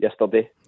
Yesterday